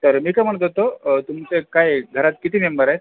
हां तर मी काय म्हणत होतो तुमचे काय घरात किती मेंबर आहेत